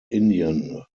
indian